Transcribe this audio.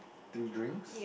three drinks